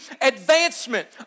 advancement